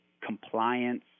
compliance